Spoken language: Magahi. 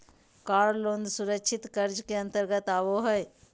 कार लोन सुरक्षित कर्ज के अंतर्गत आबो हय